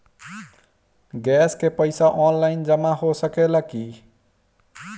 Gas के पइसा online जमा हो सकेला की?